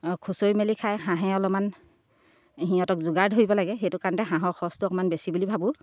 খুচঁৰি মেলি খাই হাঁহে অলপমান সিহঁতক যোগাৰ ধৰিব লাগে সেইটো কাৰণতে হাঁহৰ খৰচটো অকণমান বেছি বুলি ভাবোঁ